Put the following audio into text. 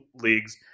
leagues